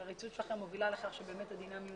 החריצות שלכם מובילה לכך שבאמת הדינמיות